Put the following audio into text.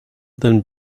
then